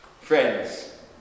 Friends